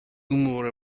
more